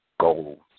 goals